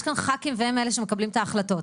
יש כאן ח"כים והם אלה שמקבלים את ההחלטות.